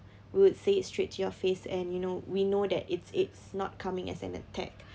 would say it straight to your face and you know we know that it's it's not coming as an attack